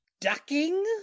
ducking